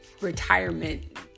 retirement